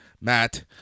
Matt